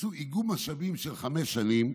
עשו איגום משאבים של חמש שנים,